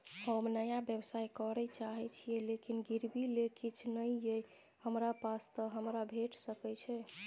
हम नया व्यवसाय करै चाहे छिये लेकिन गिरवी ले किछ नय ये हमरा पास त हमरा भेट सकै छै?